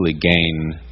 gain